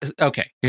okay